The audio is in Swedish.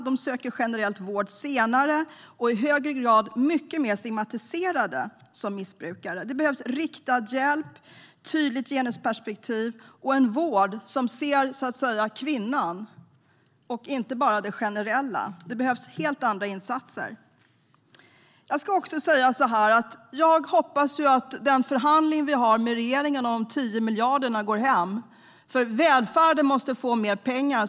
De söker generellt vård senare och är mycket mer stigmatiserade som missbrukare. Det behövs riktad hjälp, ett tydligt genusperspektiv och en vård som ser, så att säga, kvinnan och inte bara det generella. Det behövs helt andra insatser. Jag hoppas att den förhandling vi har med regeringen om de 10 miljarderna går hem, för välfärden måste få mer pengar.